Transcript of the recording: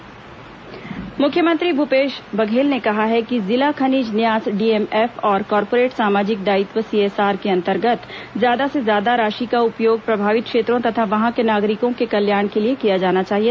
मुख्यमंत्री डीएमएफ मुख्यमंत्री भूपेश बघेल ने कहा है कि जिला खनिज न्यास डीएमएफ और कार्पोरेट सामाजिक दायित्व सीएसआर के अंतर्गत ज्यादा से ज्यादा राशि का उपयोग प्रभावित क्षेत्रों तथा वहां के नागरिकों के कल्याण के लिए किया जाना चाहिए